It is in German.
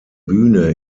bühne